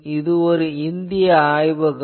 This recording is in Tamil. இது ஒரு இந்திய ஆய்வகம்